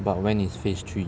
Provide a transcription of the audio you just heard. but when is phase three